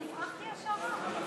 אני הפרחתי השערה.